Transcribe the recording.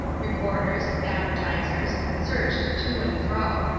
reporters, advertisers, surged to and fro.